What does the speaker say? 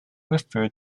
refer